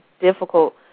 difficult